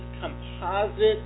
composite